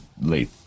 late